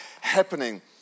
happening